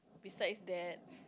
besides that